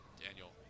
Daniel